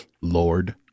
Lord